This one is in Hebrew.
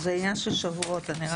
זה עניין של שבועות, אני רק אומרת לך.